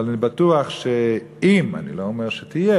אבל אני בטוח שאם, אני לא אומר שתהיה,